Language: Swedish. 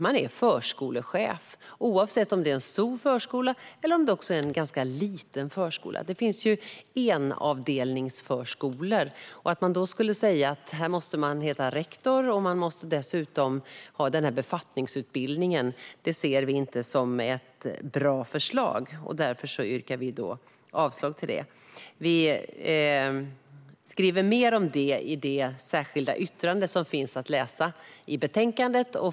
Man är förskolechef, oavsett om det är en stor eller en ganska liten förskola. Det finns ju enavdelningsförskolor. Att då säga att man måste heta rektor och dessutom måste ha den här befattningsutbildningen ser vi inte som ett bra förslag, och vi yrkar därför avslag på det. Vi skriver mer om detta i det särskilda yttrande som finns att läsa i betänkandet.